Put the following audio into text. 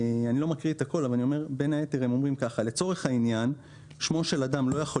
אני לא מקריא את הכול - ש"לצורך העניין שמו של אדם לא יכול